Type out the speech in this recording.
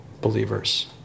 believers